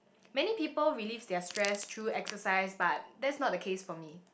many people relieves their stress through exercise but that's not the case for me